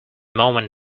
moment